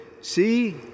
see